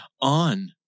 on